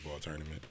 tournament